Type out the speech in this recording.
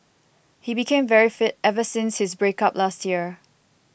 he became very fit ever since his break up last year